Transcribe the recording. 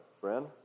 Friend